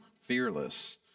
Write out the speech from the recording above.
fearless